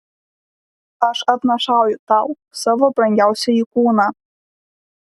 aš atnašauju tau savo brangiausiąjį kūną